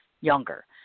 younger